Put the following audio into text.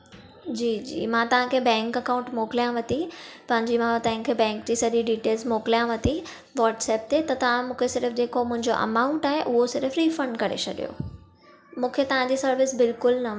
जी जी मां तव्हां खे बैंक अकांउट मोकिलियांव थी पंहिंजी मां बैंक जी सॼी डीटेल्स मोकिलियांव थी व्हाट्सएप ते त तव्हां मूंखे सिर्फ़ु जेको मुंहिंजो अमाउंट आहे उहो सिर्फ़ु रिफ़ंड करे छॾियो मूंखे तव्हां जी सर्विस बिल्कुल न वणी